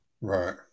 Right